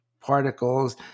particles